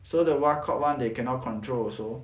so the wild caught [one] they cannot control also